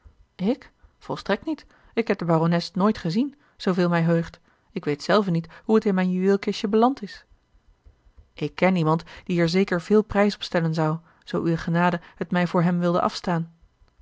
ik volstrekt niet ik heb de barones nooit gezien zooveel mij heugt ik weet zelve niet hoe het in mijn juweelkistje beland is ik ken iemand die er zeker veel prijs op stellen zou zoo uwe genade het mij voor hem wilde afstaan